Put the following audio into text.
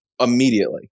immediately